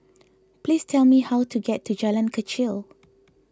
please tell me how to get to Jalan Kechil